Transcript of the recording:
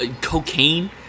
cocaine